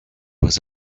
was